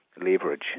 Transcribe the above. leverage